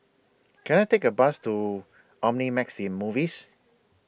Can I Take A Bus to Omnimax in Movies